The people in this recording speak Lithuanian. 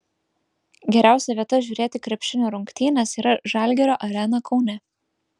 geriausia vieta žiūrėti krepšinio rungtynes yra žalgirio arena kaune